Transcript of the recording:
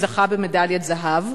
שזכה במדליית זהב,